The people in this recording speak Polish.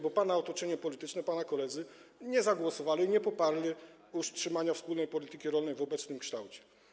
Bo pana otoczenie polityczne, pana koledzy nie zagłosowali, nie poparli utrzymania wspólnej polityki rolnej w obecnym kształcie.